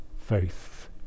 faith